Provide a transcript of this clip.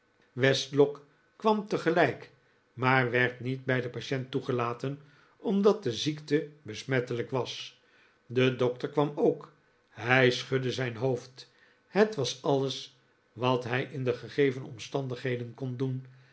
westlock kwam tegelijk maar werd niet bij den patient toegelaten omdat de ziekte besmettelijk was de dokter kwam ook hij schudde zijn hoofd het was alles wat hij in de gegeven omstandigheden kon doen